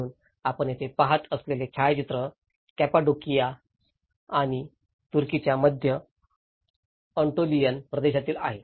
म्हणून आपण येथे पहात असलेले छायाचित्र कॅपाडोसिया आणि तुर्कीच्या मध्य अँटोलियन प्रदेशातील आहे